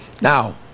Now